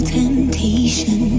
temptation